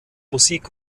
musik